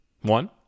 one